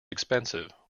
expensive